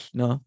no